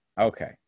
Okay